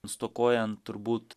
stokojant turbūt